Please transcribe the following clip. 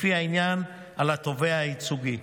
לפי העניין, על התובע הייצוגי.